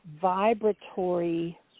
vibratory